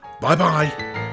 bye-bye